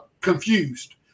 confused